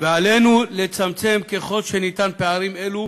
ועלינו לצמצם ככל שניתן פערים אלו